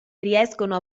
riescono